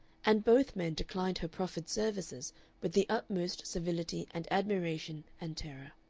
and both men declined her proffered services with the utmost civility and admiration and terror.